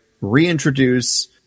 reintroduce